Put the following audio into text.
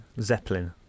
zeppelin